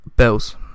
Bills